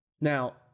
Now